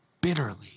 bitterly